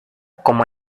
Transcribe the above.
como